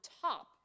top